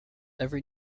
every